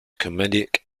comedic